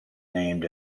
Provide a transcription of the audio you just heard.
named